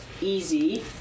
easy